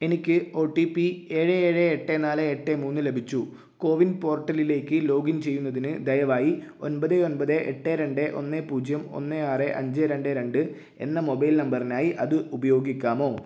എനിക്ക് O T P ഏഴ് ഏഴ് എട്ട് നാല് എട്ട് മൂന്ന് ലഭിച്ചു കോ വിൻ പോർട്ടലിലേക്ക് ലോഗിൻ ചെയ്യുന്നതിന് ദയവായി ഒൻപത് ഒൻപത് എട്ട് രണ്ട് ഒന്ന് പൂജ്യം ഒന്ന് ആറ് അഞ്ച് രണ്ട് രണ്ട് എന്ന മൊബൈൽ നമ്പറിനായി അത് ഉപയോഗിക്കാമോ